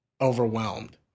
overwhelmed